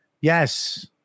Yes